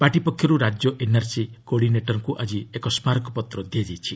party ପକ୍ଷରୁ ରାଜ୍ୟ NRC କୋଡିନେଟରଙ୍କୁ ଆକି ଏକ ସ୍କାରକପତ୍ର ଦିଆଯାଇଛି